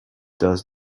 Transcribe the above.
does